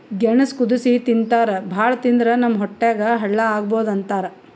ಗೆಣಸ್ ಕುದಸಿ ತಿಂತಾರ್ ಭಾಳ್ ತಿಂದ್ರ್ ನಮ್ ಹೊಟ್ಯಾಗ್ ಹಳ್ಳಾ ಆಗಬಹುದ್ ಅಂತಾರ್